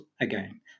again